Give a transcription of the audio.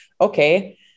okay